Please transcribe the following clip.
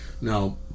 Now